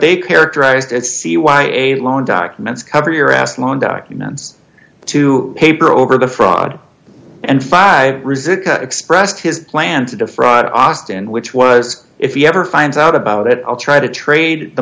they characterized it see why a loan documents cover your ass loan documents to paper over the fraud and five rizieq expressed his plan to defraud austin which was if you ever finds out about it i'll try to trade the